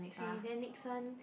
okay then next one